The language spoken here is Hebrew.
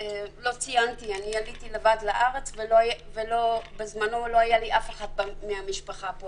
לא ציינתי שעליתי לבד לארץ ובזמנו לא היה לי אף אחד מהמשפחה פה,